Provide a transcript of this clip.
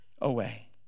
away